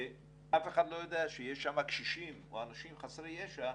ואף אחד לא יודע שיש שם קשישים או אנשים חסרי ישע,